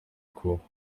cour